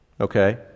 Okay